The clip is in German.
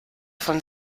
von